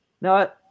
Now